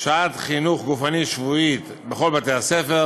שעת חינוך גופני שבועית בכל בתי-הספר"